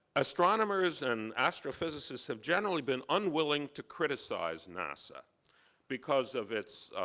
astronomers and astrophysicists have generally been unwilling to criticize nasa because of its,